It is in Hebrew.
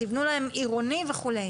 תבנו לה עירוני וכו'.